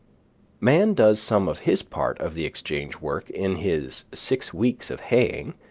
man does some of his part of the exchange work in his six weeks of haying,